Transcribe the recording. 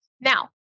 Now